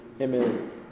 Amen